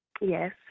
Yes